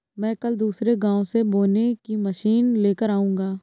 मैं कल दूसरे गांव से बोने की मशीन लेकर आऊंगा